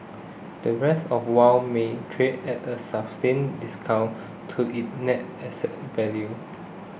the rest of Wharf may trade at a substantial discount to its net asset value